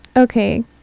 Okay